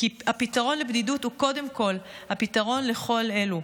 כי הפתרון לבדידות הוא קודם כול הפתרון לכל אלו.